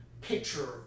picture